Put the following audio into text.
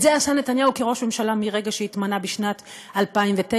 את זה עשה נתניהו כראש ממשלה מרגע שהתמנה בשנת 2009,